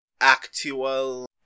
actual